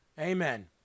Amen